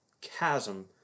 chasm